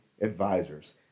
advisors